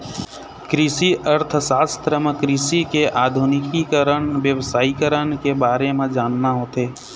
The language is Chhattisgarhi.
कृषि अर्थसास्त्र म कृषि के आधुनिकीकरन, बेवसायिकरन के बारे म जानना होथे